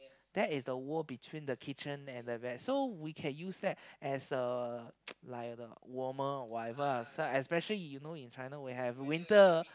there is a wall between the kitchen and the bed so we can use that as a like the warmer or whatever especially you know in China we have winter